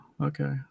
Okay